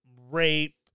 rape